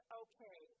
okay